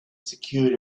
secured